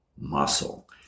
muscle